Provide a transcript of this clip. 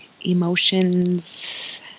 emotions